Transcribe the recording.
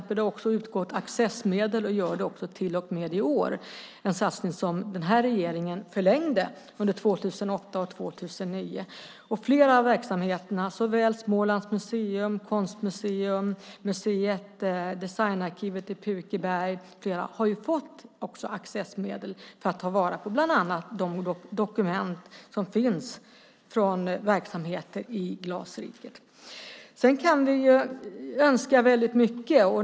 Det har också gått ut accessmedel, och gör det till och med i år - en satsning som den här regeringen förlängde under 2008 och 2009. Flera av verksamheterna, såväl Smålands museum som Konstmuseet och Designarkivet i Pukeberg, har fått accessmedel för att ta vara på bland annat de dokument som finns från verksamheter i Glasriket. Vi kan önska väldigt mycket.